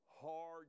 Hard